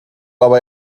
aber